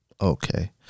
okay